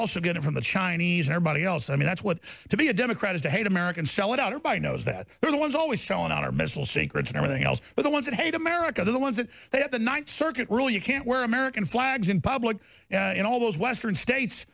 also getting from the chinese are body else i mean that's what to be a democrat is to hate americans shelled out or buy knows that they're the ones always showing our missile secrets and everything else but the ones that hate america are the ones that they have the ninth circuit rule you can't wear american flags in public in all those western states